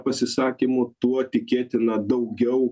pasisakymų tuo tikėtina daugiau